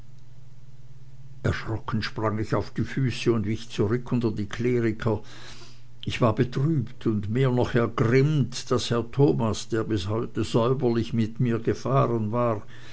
erschrocken sprang ich auf die füße und wich zurück unter die kleriker ich war betrübt und mehr noch ergrimmt daß herr thomas der bis heute säuberlich mit mir gefahren war